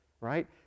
Right